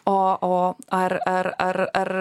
o o ar ar ar ar